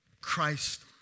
Christ